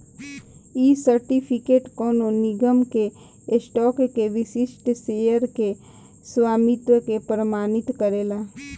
इ सर्टिफिकेट कवनो निगम के स्टॉक के विशिष्ट शेयर के स्वामित्व के प्रमाणित करेला